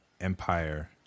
Empire